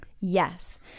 Yes